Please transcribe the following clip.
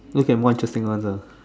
maybe can more interesting ones ah